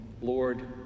Lord